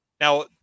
Now